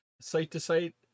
site-to-site